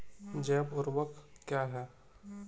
जैव ऊर्वक क्या है?